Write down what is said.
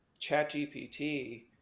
ChatGPT